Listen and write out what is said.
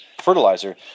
fertilizer